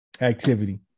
activity